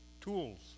tools